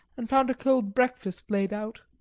and found a cold breakfast laid out,